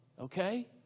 okay